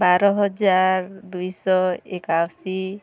ବାର ହଜାର ଦୁଇ ଶହ ଏକାଅଶୀ